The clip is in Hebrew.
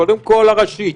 קודם כול הראשי,